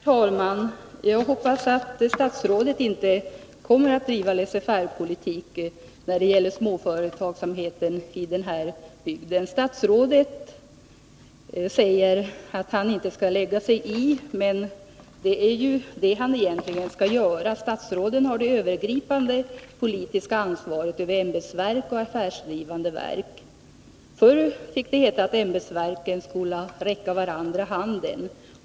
Herr talman! Jag hoppas att statsrådet inte kommer att driva laissezfaire-politik när det gäller småföretagsamheten i den här bygden. Statsrådet säger att han inte skall lägga sig i, men det är ju det han egentligen skall göra. Statsråden har det övergripande politiska ansvaret när det gäller ämbetsverk och affärsdrivande verk. Förr hette det att ämbetsverken skola räcka varandra handen.